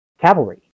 Cavalry